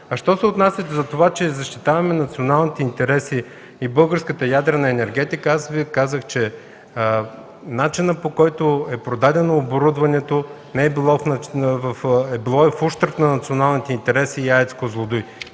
Що се отнася за това, че защитаваме националните интереси и българската ядрена енергетика, аз Ви казах, че начинът, по който е продадено оборудването, е било в ущърб на националните интереси и АЕЦ „Козлодуй”.